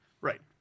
Right